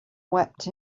wept